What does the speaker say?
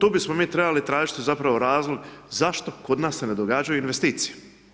Tu bismo mi trebali tražiti zapravo razlog zašto kod nas se ne događaju investicije.